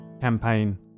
campaign